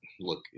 look